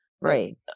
Right